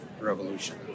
revolution